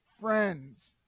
friends